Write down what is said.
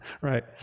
Right